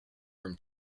room